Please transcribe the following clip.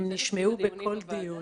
הם נשמעו בכל דיון.